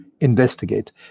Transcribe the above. investigate